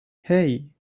hey